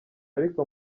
ariko